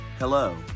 Hello